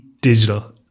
digital